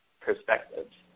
perspectives